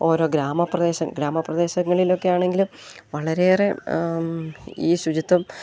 ഓരോ ഗ്രാമപ്രദേശം ഗ്രാമപ്രദേശങ്ങളിലൊക്കെ ആണെങ്കിലും വളരെയേറെ ഈ ശുചിത്വം